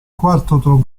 quarto